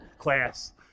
class